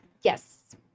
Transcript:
Yes